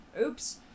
Oops